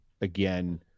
again